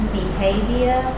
behavior